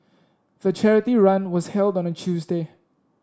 the charity run was held on a Tuesday